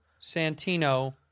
Santino